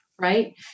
right